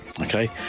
Okay